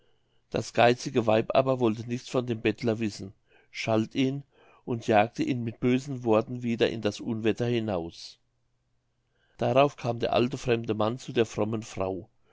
das geizige weib aber wollte nichts von dem bettler wissen schalt ihn und jagte ihn mit bösen worten wieder in das unwetter hinaus darauf kam der alte fremde mann zu der frommen frau